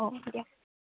অ হ'ব দিয়ক